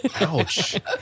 Ouch